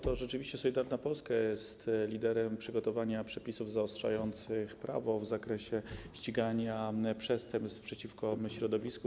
To rzeczywiście Solidarna Polska jest liderem przygotowania przepisów zaostrzających prawo w zakresie ścigania przestępstw przeciwko środowisku.